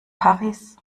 paris